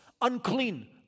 unclean